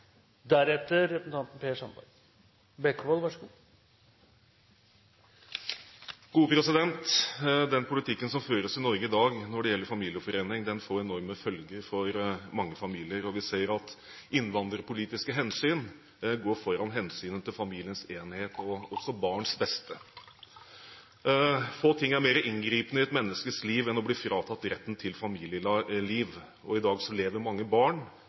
Bekkevold. Den politikken som føres i Norge i dag når det gjelder familiegjenforening, får enorme følger for mange familier. Vi ser at innvandringspolitiske hensyn går foran hensynet til familiens enhet og også barns beste. Få ting er mer inngripende i et menneskes liv enn å bli fratatt retten til et familieliv. I dag lever mange barn